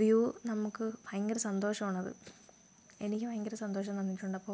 view നമുക്ക് ഭയങ്കര സന്തോഷമാണത് എനിക്ക് ഭയങ്കര സന്തോഷം തോന്നിയിട്ടുണ്ട് അപ്പോൾ